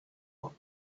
what